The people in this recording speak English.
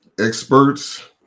Experts